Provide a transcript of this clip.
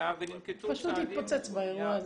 זה פשוט התפוצץ באירוע הזה.